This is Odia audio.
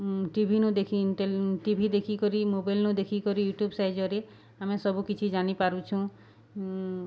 ଟିଭିନୁ ଦେଖି ଟି ଭି ଦେଖିକରି ମୋବାଇଲ୍ରୁ ଦେଖିକରି ୟୁଟ୍ୟୁବ୍ ସାହାଯ୍ୟରେ ଆମେ ସବୁ କିଛି ଜାନିପାରୁଛୁଁ